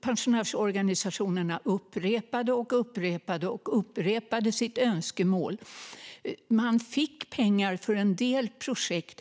pensionärsorganisationerna hela tiden upprepade sitt önskemål. Man fick pengar för en del projekt.